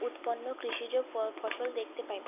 উৎপন্ন কৃষিজ ফ ফসল দেখতে পাই